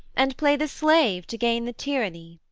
and play the slave to gain the tyranny.